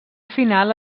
final